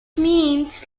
means